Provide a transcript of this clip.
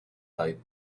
type